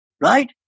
right